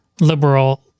liberal